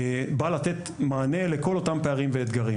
בא לתת מענה לכל אותם פערים ואתגרים.